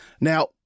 Now